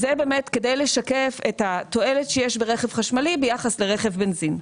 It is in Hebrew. זה באמת כדי לשקף את התועלת שיש ברכב חשמלי ביחס לרכב בנזין.